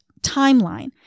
timeline